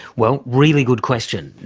well, really good question.